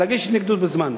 ולהגיש נגדו בזמן.